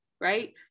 Right